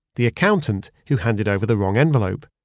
the accountant who handed over the wrong envelope,